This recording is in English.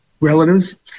relatives